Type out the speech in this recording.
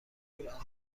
کنکوراز